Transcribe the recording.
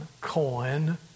coin